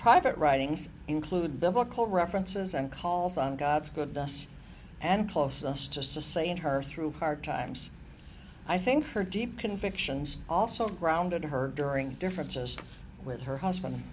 private writings include biblical references and calls on god's goodness and close us to say in her through hard times i think her deep convictions also grounded her during differences with her husband